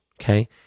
Okay